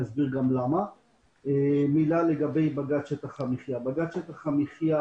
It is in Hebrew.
לגבי בג"ץ שטח המחיה